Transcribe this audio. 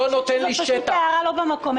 ביקשנו עוד שיעורי בית --- זה מותר לך חוקית?